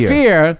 Fear